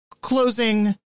closing